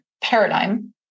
paradigm